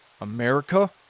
America